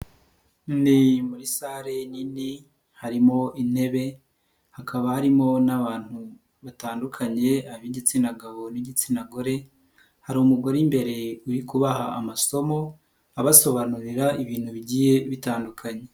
Ni muri salle nini harimo intebe hakaba harimo n'abantu batandukanye ab'igitsina gabo n'igitsina gore, hari umugore imbere uri kubaha amasomo abasobanurira ibintu bigiye bitandukanye.